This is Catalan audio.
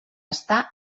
està